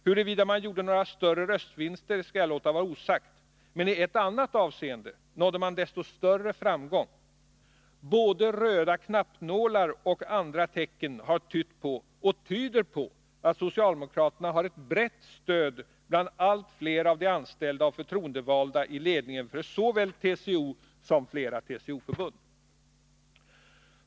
Huruvida man gjorde några större röstvinster skall jag låta vara osagt. Men ii ett annat avseende nådde man desto större framgång. Både röda knappnålar och andra tecken har tytt på och tyder på att socialdemokraterna har ett brett stöd bland allt fler av de anställda och förtroendevalda i ledningen av såväl TCO som flera TCO-förbund.